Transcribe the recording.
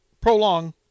prolong